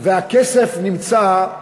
והכסף נמצא,